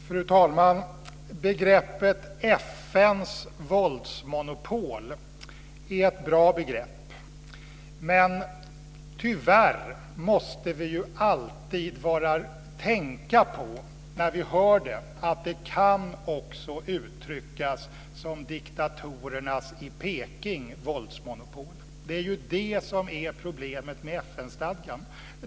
Fru talman! Begreppet FN:s våldsmonopol är ett bra begrepp, men tyvärr måste vi alltid tänka på att det kan uttryckas som ett våldsmonopol för diktatorerna i Peking. Det är det som är problemet med FN stadgan.